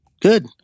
Good